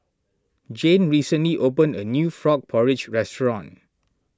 Jane recently opened a new Frog Porridge restaurant